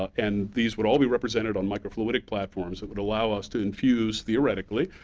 and these would all be represented on microfluidic platforms that would allow us to infuse, theoretically,